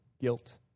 guilt